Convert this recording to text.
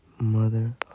Mother